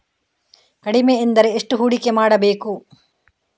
ಕಡಿಮೆ ಎಂದರೆ ಎಷ್ಟು ಹೂಡಿಕೆ ಮಾಡಬೇಕು?